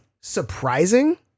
surprising